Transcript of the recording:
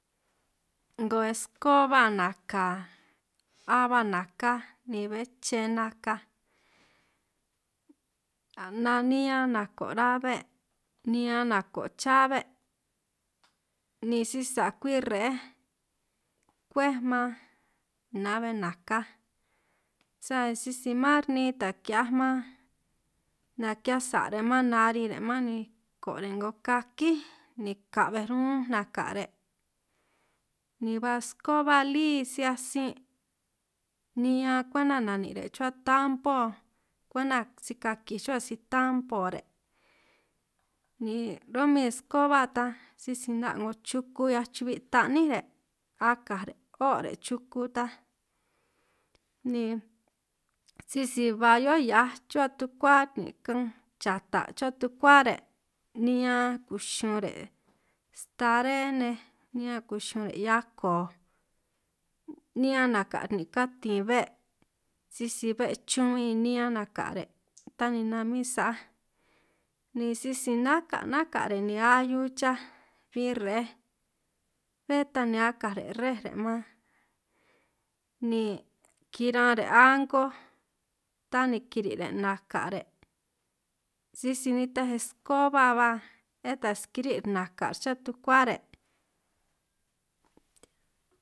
'Ngo eskoba naka a ba nakaj ni be'é che nakaj a' ni'hia nako' rabe' ni'hia nako chabe', ni sisa' kwi re'ej kwej man na'bbe nakaj sani sisi mar an ni'in taj ki'hiaj man, naki'hiaj sa' re' man nari re' man ni ko' re' 'ngo kakíj ni ka'bbe ñunj naka' re', ni ba eskoba lí si'hiaj sin' niñan kwenta na'nin' re' chuhua tambo, kwenta si ka kíj chuhua si tambo re' ni ro'min 'ngo eskoba ta sisi 'na' 'ngo chuku 'hiaj chu'bbi ta'ní re', akaj re' o' re' chuku ta ni sisi ba hio'ó hiaj chuhua tukuat nin', ka'anj chata' chuhua tukua re' niñan kuxunj re' staré nej niñan kuxunj re hiako' niñan naka' nint katin be', sisi be' chun min niñan naka' re' ta ni namin sa'aj ni sisi naka naka re' ni ahiu chaj, ni min re'ej be ta ni akaj re' re'ej man, ni kiran re' a'ngo ta ni kire' re' naka' re', sisi nitaj eskoba ba bé ta ni skiret naka' chuhua tukua re'.